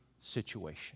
situation